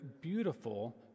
beautiful